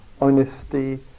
honesty